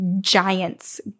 giant's